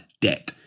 debt